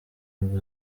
ngo